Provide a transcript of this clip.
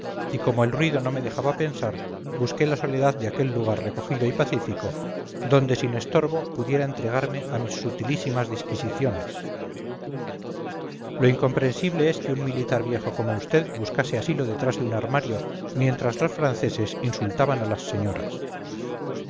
y como el ruido no me dejaba pensar busqué la soledad de aquel lugar recogido y pacífico donde sin estorbo pudiera entregarme a mis sutilísimas disquisiciones lo incomprensible es que un militar viejo como vd buscase asilo detrás de un armario mientras los franceses insultaban a las señoras